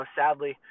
sadly